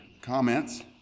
comments